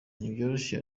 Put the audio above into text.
ntibyoroshye